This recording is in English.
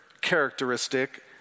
characteristic